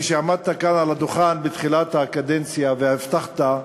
כשעמדת כאן על הדוכן בתחילת הקדנציה והבטחת,